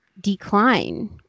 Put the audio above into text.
decline